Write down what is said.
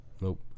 nope